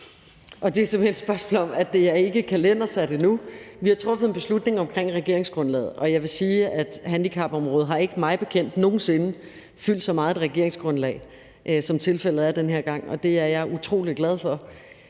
det er simpelt hen et spørgsmål om, at det ikke er kalendersat endnu. Vi har truffet en beslutning om det i regeringsgrundlaget, og jeg vil sige, at handicapområdet ikke mig bekendt nogen sinde har fyldt så meget i et regeringsgrundlag, som tilfældet er den her gang, og det er jeg utrolig glad for.